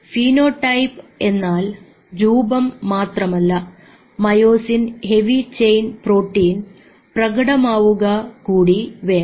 phenotype എന്നാൽ രൂപം മാത്രമല്ല മയോസിൻ ഹെവി ചെയിൻ പ്രോട്ടീൻ പ്രകടമാവുക കൂടി വേണം